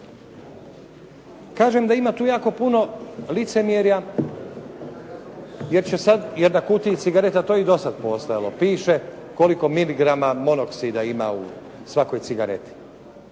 Kažem da ima tu jako puno licemjerja jer će sad, jer je na kutiji cigareta to i do sada postojalo, piše koliko miligrama monoksida ima u svakoj cigareti.